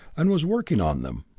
and was working on them.